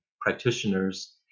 practitioners